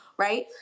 Right